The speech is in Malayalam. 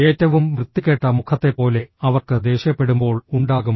ഏറ്റവും വൃത്തികെട്ട മുഖത്തെപ്പോലെ അവർക്ക് ദേഷ്യപ്പെടുമ്പോൾ ഉണ്ടാകും